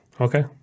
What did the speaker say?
Okay